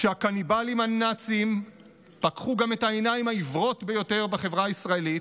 כשהקניבלים הנאצים פקחו גם את העיניים העיוורות ביותר בחברה הישראלית,